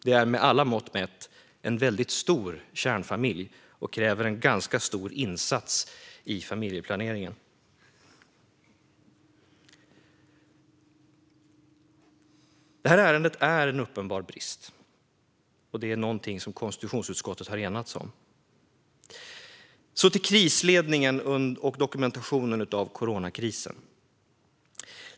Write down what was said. Det är med alla mått mätt en väldigt stor kärnfamilj och kräver en ganska stor insats i familjeplaneringen. Det här ärendet är en uppenbar brist, och det är någonting som konstitutionsutskottet har enats om. Jag går vidare till krisledningen och dokumentationen av coronakrisen.